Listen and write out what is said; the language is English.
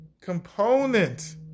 component